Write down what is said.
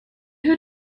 who